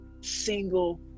single